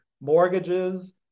mortgages